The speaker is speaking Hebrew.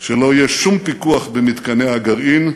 שלא יהיה שום פיקוח במתקני הגרעין,